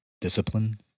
Discipline